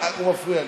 הוא מפריע לי,